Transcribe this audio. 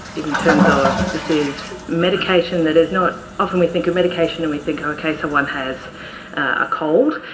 in terms of this is medication that is not often we think of medication and we think okay someone has a cold,